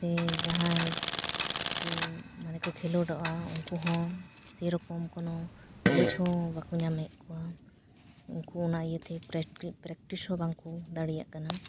ᱥᱮ ᱡᱟᱦᱟᱸᱭ ᱠᱚ ᱢᱟᱱᱮ ᱠᱚ ᱠᱷᱮᱞᱳᱰᱚᱜᱼᱟ ᱩᱱᱠᱩ ᱦᱚᱸ ᱥᱮ ᱨᱚᱠᱚᱢ ᱠᱚᱱᱚ ᱠᱳᱪ ᱦᱚᱸ ᱵᱟᱠᱚ ᱧᱟᱢᱮᱫ ᱠᱚᱣᱟ ᱩᱱᱠᱩ ᱚᱱᱟ ᱤᱭᱟᱹᱛᱮ ᱯᱨᱮᱠᱴᱤ ᱯᱨᱮᱠᱴᱤᱥ ᱦᱚᱸ ᱵᱟᱝᱠᱚ ᱫᱟᱲᱮᱭᱟᱜ ᱠᱟᱱᱟ